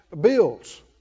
bills